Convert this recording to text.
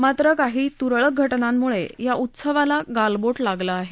मात्र काही त्रळक घटनांनम्ळे या उत्सवाला गालबोट लागलं आहे